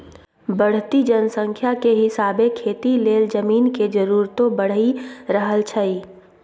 बढ़इत जनसंख्या के हिसाबे खेती लेल जमीन के जरूरतो बइढ़ रहल छइ